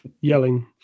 yelling